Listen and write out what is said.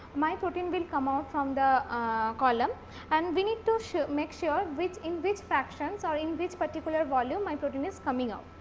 my protein will come out from the column and we need to make sure which in which fractions or in which particular volume my protein is coming out.